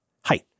height